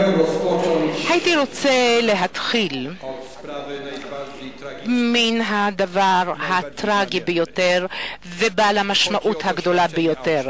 הייתי רוצה להתחיל מן הדבר הטרגי והמשמעותי ביותר,